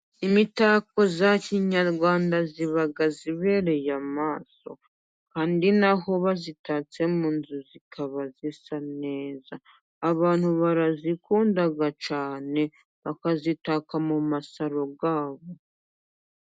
Imitako ya kinyarwanda iba ibereye amaso kandi n'aho bayitatse mu nzu ikaba isa neza, abantu barayikunda cyane bakayitaka mu masaro yabo.